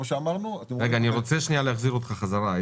רגע, אני רוצה להחזיר אותך חזרה.